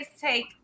take